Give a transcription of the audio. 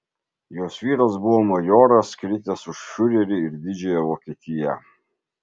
jos vyras buvo majoras kritęs už fiurerį ir didžiąją vokietiją